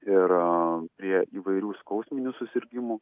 ir o prie įvairių skausminių susirgimų